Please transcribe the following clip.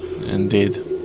Indeed